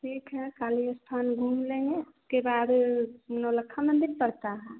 ठीक है काली स्थान घूम लेंगे उसके बाद नौलखा मंदिर पड़ता है